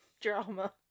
drama